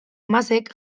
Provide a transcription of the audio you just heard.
masek